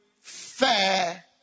fair